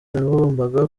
yagombaga